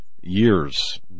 years